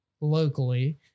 locally